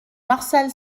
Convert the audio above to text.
martial